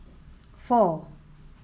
four